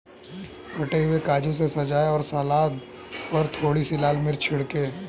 कटे हुए काजू से सजाएं और सलाद पर थोड़ी सी लाल मिर्च छिड़कें